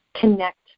connect